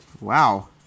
Wow